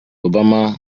obama